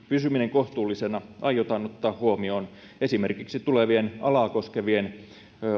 pysyminen kohtuullisena aiotaan ottaa huomioon esimerkiksi tulevien alaa koskevien